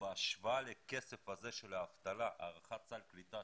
בהשוואה לכסף הזה של האבטלה הארכת סל הקליטה,